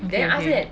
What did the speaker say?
okay okay